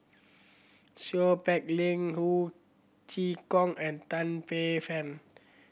Seow Peck Leng Ho Chee Kong and Tan Paey Fern